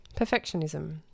perfectionism